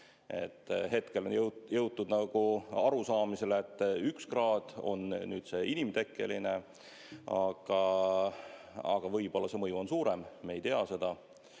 Hetkel on jõutud arusaamisele, et üks kraad on inimtekkeline, aga võib-olla see mõju on suurem, me ei tea seda.